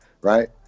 right